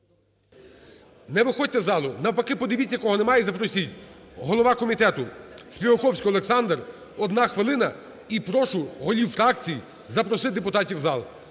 Не виходьте із залу, навпаки, подивіться, кого немає, і запросіть. Голова комітетуСпіваковський Олександр, 1 хвилина. І прошу голів фракцій запросити депутатів у зал.